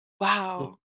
wow